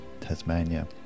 Tasmania